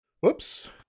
Whoops